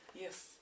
Yes